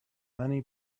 many